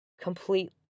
complete